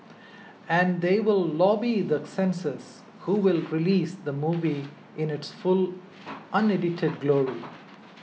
and they will lobby the censors who will release the movie in its full unedited glory